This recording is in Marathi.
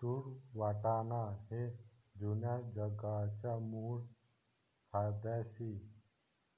तूर वाटाणा हे जुन्या जगाच्या मूळ फॅबॅसी